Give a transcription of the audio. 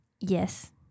yes